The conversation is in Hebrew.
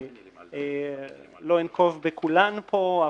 ולא אנקוב בכולן פה,